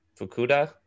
Fukuda